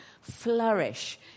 flourish